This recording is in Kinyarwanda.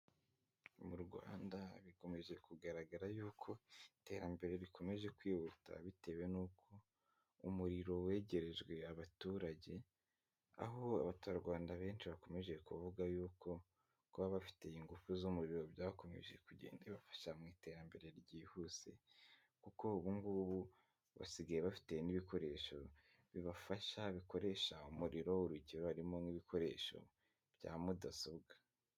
Mu Rwanda bikomeje kugaragara yuko iterambere rikomeje kwihuta bitewe nuko umuriro wegerejwe abaturage, aho abaturarwanda benshi bakomeje kuvuga yuko kuba bafite ingufu z'umuriro byakomeje kugenda bibafasha mu iterambere ryihuse, kuko ubungubu basigaye bafite n'ibikoresho bibafasha bikoresha umuriro, urugero harimo nk'ibikoresho bya mudasobwa.